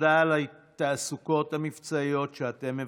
תודה על התעסוקות המבצעיות שאתם מבצעים.